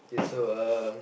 so um